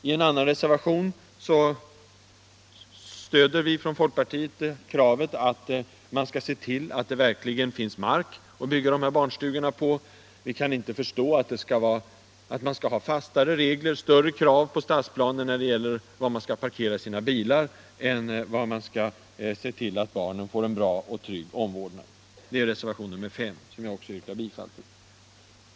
I en annan reservation stöder vi från folkpartiet kravet på att man skall se till att det finns mark att bygga barnstugorna på. Vi kan inte förstå att man skall ha fastare regler och större krav på stadsplaner när det gäller att parkera bilar än när det gäller att se till att barnen får en bra och trygg omvårdnad. Det är reservationen 5, som jag också yrkar bifall till.